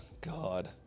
God